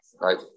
Right